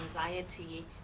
anxiety